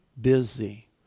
busy